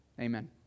Amen